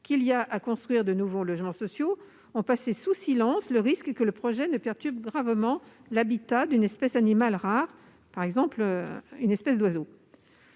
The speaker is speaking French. qu'il y a à construire de nouveaux logements sociaux, ont passé sous silence le risque que le projet ne perturbe gravement l'habitat d'une espèce animale rare, par exemple une espèce d'oiseau.